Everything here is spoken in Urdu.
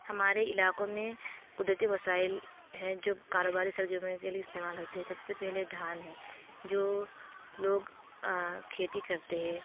ہمارے علاقوں میں قدرتی وسائل ہے جو کاروباری سرگرمیوں کے لئے استعمال ہوتی ہے جب سے پہلے دھان ہے جو لوگ کھیتی کرتے ہے